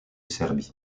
serbie